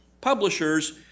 Publishers